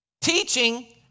teaching